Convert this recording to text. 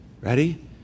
Ready